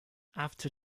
after